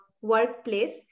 workplace